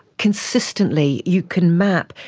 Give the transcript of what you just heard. consistently, you can map,